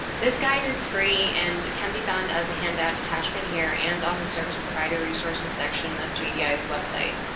this guide is free and can be found as a handout attachment here and on the service provider resources section of jdi's website.